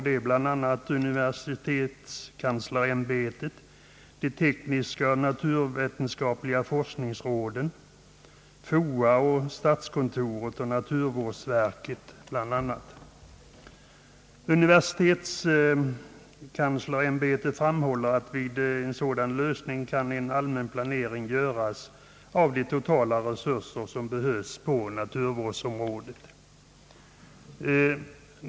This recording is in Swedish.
Det är bl.a. universitetskanslersämbetet, de tekniska och naturvetenskapliga forskningsråden, FOA, statskontoret och naturvårdsverket. Universitetskanslersämbetet framhåller ati med en sådan lösning en allmän planering kan göras av de totala resurser som behövs på naturvårdsområdet.